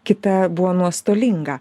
kita buvo nuostolinga